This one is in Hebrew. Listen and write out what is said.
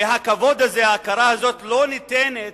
והכבוד הזה, ההכרה הזאת לא ניתנת